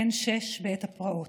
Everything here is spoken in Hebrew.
בן שש בעת הפרעות.